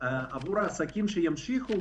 עבור העסקים שימשיכו,